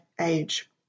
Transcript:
age